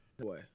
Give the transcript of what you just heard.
boy